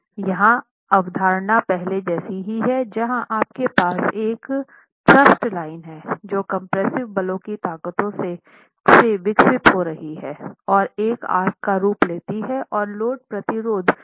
यहाँ अवधारणा पहले जैसी ही है जहाँ आपके पास एक थ्रस्ट लाइन है जो कम्प्रेसिव बलों की ताक़तों से विकसित हो रही है और एक आर्क का रूप लेती है और लोड प्रतिरोध की अनुमति देती है